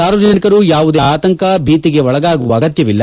ಸಾರ್ವಜನಿಕರು ಯಾವುದೇ ಆತಂಕ ಭೀತಿಗೆ ಒಳಗಾಗುವ ಅಗತ್ಯವಿಲ್ಲ